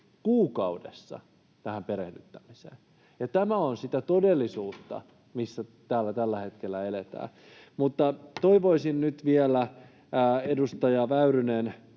kuukaudessa tähän perehdyttämiseen. Tämä on sitä todellisuutta, missä tällä hetkellä eletään. Mutta toivoisin nyt vielä, edustaja Väyrynen